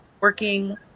working